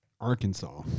Arkansas